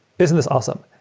isn't this awesome?